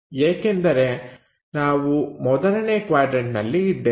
ಏಕೆಂದರೆ ನಾವು ಮೊದಲನೇ ಕ್ವಾಡ್ರನ್ಟನಲ್ಲಿ ಇದ್ದೇವೆ